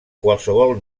qualsevol